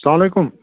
اسلام علیکُم